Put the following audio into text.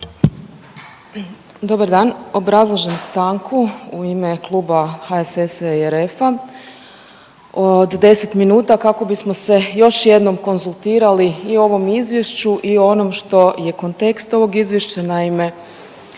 Dobar dan. Obrazlažem stanku u ime klub HSS-a i RF-a od 10 minuta kako bismo se još jednom konzultirali i o ovom izvješću i o onom što je kontekst ovog izvješća. Naime,